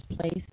place